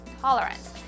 tolerance